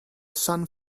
sun